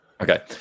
Okay